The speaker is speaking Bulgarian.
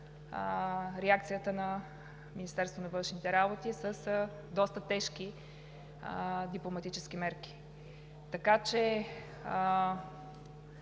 реакцията на Министерството на външните работи с доста тежки дипломатически мерки. Например